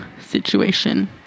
situation